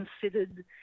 considered